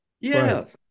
Yes